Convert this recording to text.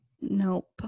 Nope